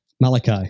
Malachi